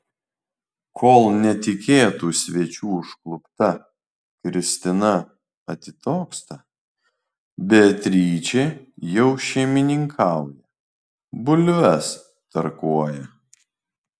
kol netikėtų svečių užklupta kristina atitoksta beatričė jau šeimininkauja bulves tarkuoja